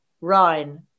Rhine